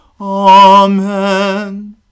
Amen